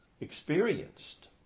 experienced